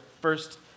first